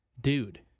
dude